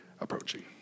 approaching